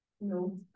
No